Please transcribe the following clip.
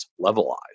levelized